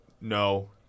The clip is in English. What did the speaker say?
no